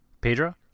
Pedro